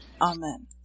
Amen